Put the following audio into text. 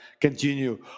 continue